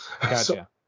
Gotcha